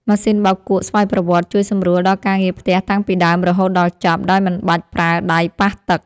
ម៉ាស៊ីនបោកគក់ស្វ័យប្រវត្តិជួយសម្រួលដល់ការងារផ្ទះតាំងពីដើមរហូតដល់ចប់ដោយមិនបាច់ប្រើដៃប៉ះទឹក។